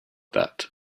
that